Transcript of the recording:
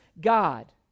God